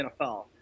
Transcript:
NFL